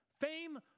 fame